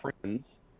friends